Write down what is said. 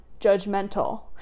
judgmental